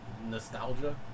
nostalgia